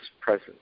presence